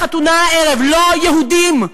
בחתונה הערב: לא יהודים.